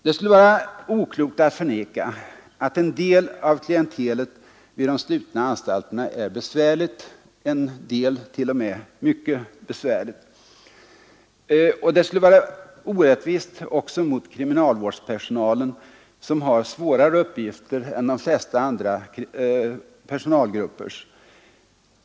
Det skulle vara oklokt att förneka att en del av klientelet vid de slutna anstalterna är besvärligt, en del t.o.m. mycket besvärligt. Det skulle också vara orättvist mot kriminalvårdspersonalen, som har svårare uppgifter än de flesta andra personalgrupper.